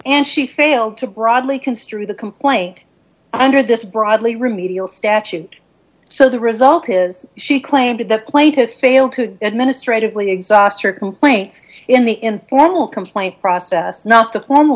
and she failed to broadly construe the complaint under this broadly remedial statute so the result is she claimed the plaintiff failed to administratively exhaust her complaints in the informal complaint process not the formal